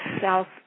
South